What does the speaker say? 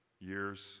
years